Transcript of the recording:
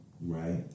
right